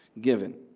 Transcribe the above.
given